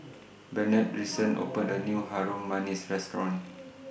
Benard recent opened A New Harum Manis Restaurant